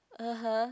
(uh huh)